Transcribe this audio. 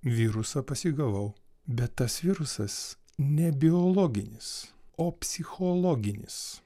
virusą pasigavau bet tas virusas ne biologinis o psichologinis